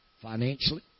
financially